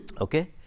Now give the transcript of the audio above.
Okay